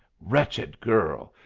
wretched girl!